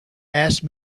asked